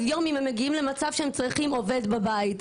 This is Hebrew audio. יום אם הם מגיעים למצב שהם צריכים עובד בבית.